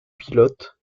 pilote